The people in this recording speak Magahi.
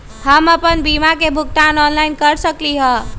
हम अपन बीमा के भुगतान ऑनलाइन कर सकली ह?